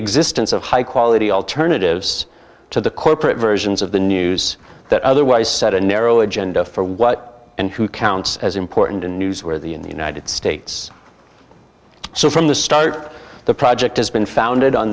existence of high quality alternatives to the corporate versions of the news that otherwise set a narrow agenda for what and who counts as important and newsworthy in the united states so from the start the project has been founded on